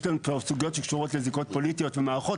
יש לנו סוגיות שקשורות לזיקות פוליטיות במערכות.